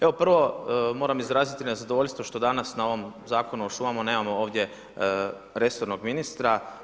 Evo prvo moram izraziti nezadovoljstvo što danas na ovom Zakonu o šumama nemamo ovdje resornog ministra.